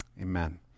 Amen